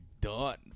done